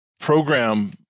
program